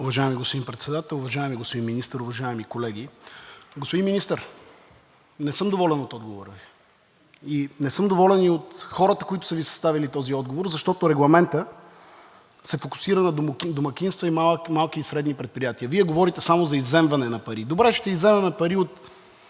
Уважаеми господин Председател, уважаеми господин Министър, уважаеми колеги! Господин Министър, не съм доволен от отговора Ви, не съм доволен и от хората, които са Ви съставили този отговор, защото Регламентът се фокусира на домакинства, малки и средни предприятия. Вие говорите само за изземване на пари. Добре, ще изземем пари от